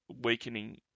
weakening